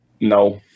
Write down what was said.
No